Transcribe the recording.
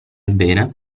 bene